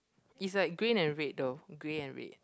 is like green and red though green and red